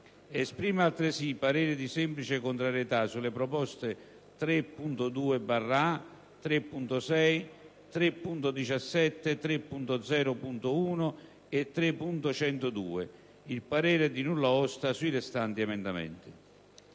Esprime altresì parere di semplice contrarietà sulle proposte 3.2-a. 3.6, 3.17, 3.0.1 e 3.102. Il parere è di nulla osta sui restanti emendamenti».